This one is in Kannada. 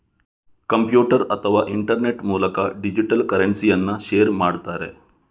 ಕಂಪ್ಯೂಟರ್ ಅಥವಾ ಇಂಟರ್ನೆಟ್ ಮೂಲಕ ಡಿಜಿಟಲ್ ಕರೆನ್ಸಿಯನ್ನ ಶೇರ್ ಮಾಡ್ತಾರೆ